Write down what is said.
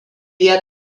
jie